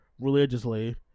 religiously